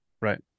Right